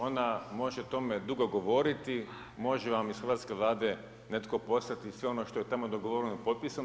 Ona može tome dugo govoriti, može vam iz hrvatske Vlade netko poslati sve ono što je tamo dogovoreno i potpisano.